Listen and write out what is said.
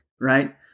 right